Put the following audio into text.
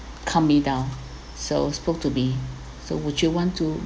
calm me down so spoke to me so would you want to